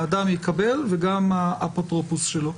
האדם יקבל וגם האפוטרופוס שלו.